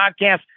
podcast